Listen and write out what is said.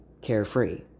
carefree